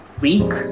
Week